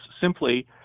simply